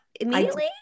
immediately